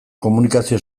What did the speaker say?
komunikazio